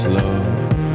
love